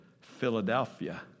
Philadelphia